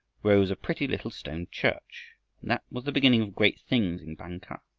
arose a pretty little stone church, and that was the beginning of great things in bang-kah.